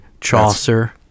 Chaucer